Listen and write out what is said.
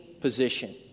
position